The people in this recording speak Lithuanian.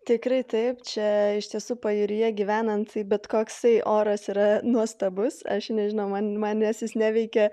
tikrai taip čia iš tiesų pajūryje gyvenant bet koksai oras yra nuostabus aš nežinau man manęs jis neveikia